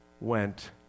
went